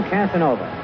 Casanova